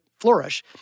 flourish